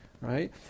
right